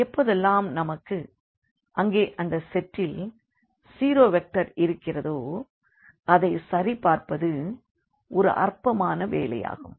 எப்போதெல்லாம் நமக்கு அங்கே அந்த செட்டில் ஜீரோ வெக்டர் இருக்கிறதோ அதை சரிபார்ப்பது ஒரு அற்பமான வேலையாகும்